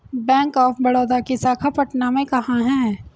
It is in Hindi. बैंक ऑफ बड़ौदा की शाखा पटना में कहाँ है?